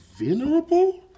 Venerable